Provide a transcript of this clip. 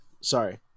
sorry